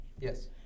Yes